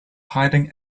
hiding